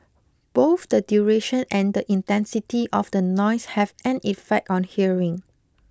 both the duration and the intensity of the noise have an effect on hearing